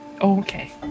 Okay